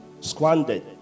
squandered